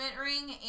ring